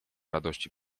radości